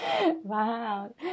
Wow